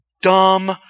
dumb